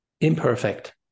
imperfect